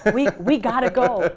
but we we gotta go!